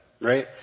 right